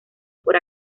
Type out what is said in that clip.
por